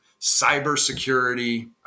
cybersecurity